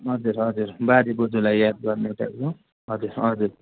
हजुर हजुर बाजेबोजुलाई याद गर्ने चाहिएको हजुर हजुर